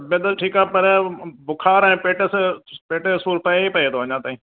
तबियत ठीकु आहे पर बुखार आहे पेटस पेट जो सूरु पेई पेई पियो अञा ताईं